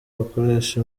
bakoresha